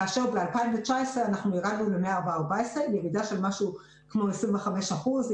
כאשר ב-2019 אנחנו ירדנו ל-114 פניות וזה מהווה ירידה של כ-25 אחוזים.